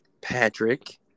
Patrick